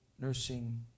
nursing